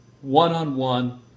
one-on-one